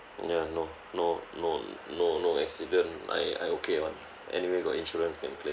ya no no no no no accident I I okay [one] anyway got insurance can claim